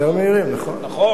מהירים מההצעות.